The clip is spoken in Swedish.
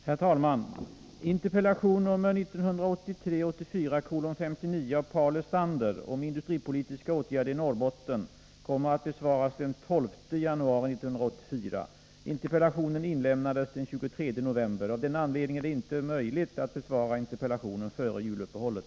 Herr talman! Interpellation 1983/84:59 av Paul Lestander om industripolitiska åtgärder i Norrbotten kommer att besvaras den 12 januari 1984. Interpellationen inlämnades den 23 november. Av den anledningen är det inte möjligt att besvara interpellationen före juluppehållet.